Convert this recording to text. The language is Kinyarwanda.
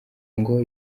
ngo